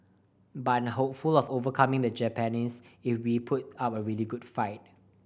but I'm hopeful of overcoming the Japanese if we put up a really good fight